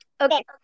Okay